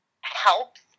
helps